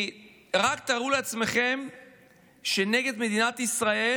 כי רק תארו לעצמכם שנגד מדינת ישראל